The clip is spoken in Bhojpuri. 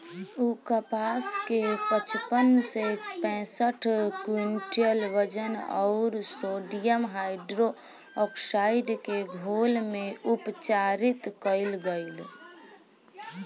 उ कपास के पचपन से पैसठ क्विंटल वजन अउर सोडियम हाइड्रोऑक्साइड के घोल में उपचारित कइल गइल